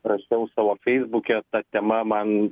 rašiau savo feisbuke ta tema man